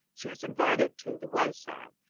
she was invited to the wayside,